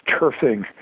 turfing